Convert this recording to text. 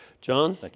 John